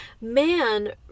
Man